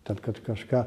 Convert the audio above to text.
tad kad kažką